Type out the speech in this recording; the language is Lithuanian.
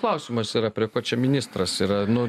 klausimas yra prie ko čia ministras yra nu